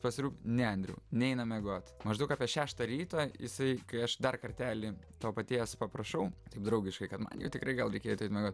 parirūp ne andriau neinam miegot maždaug apie šeštą ryto jisai kai aš dar kartelį to paties paprašau taip draugiškai kad man tikrai gal reikėtų eit miegot